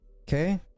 Okay